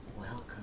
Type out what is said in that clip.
welcome